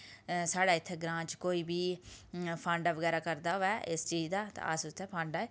साढ़े इत्थें ग्रांऽ च कोई बी फांडा बगैरा करदा होऐ इस चीज़ दा ता अस उसदा फांडा